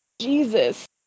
Jesus